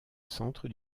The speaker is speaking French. centre